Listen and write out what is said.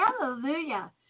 Hallelujah